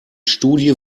studie